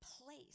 place